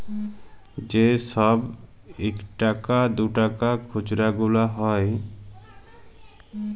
যে ছব ইকটাকা দুটাকার খুচরা গুলা হ্যয়